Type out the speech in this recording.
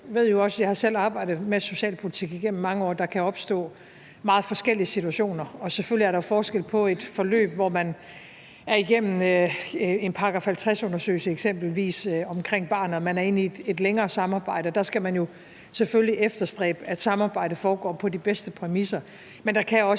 jeg har selv arbejdet med socialpolitik igennem mange år – at der kan opstå meget forskellige situationer. Selvfølgelig er der forskel på forløb. Der kan være et forløb, hvor man er igennem eksempelvis en § 50-undersøgelse omkring barnet og man er inde i et længere samarbejde, og der skal man selvfølgelig efterstræbe, at samarbejdet foregår på de bedste præmisser,